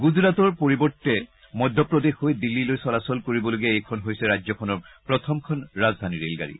গুজৰাটৰ পৰিৱৰ্তে মধ্যপ্ৰদেশ হৈ দিল্লীলৈ চলাচল কৰিবলগীয়া এইখন হৈছে ৰাজ্যখনৰ প্ৰথমখন ৰাজধানী ৰেলগাড়ী